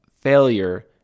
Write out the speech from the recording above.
failure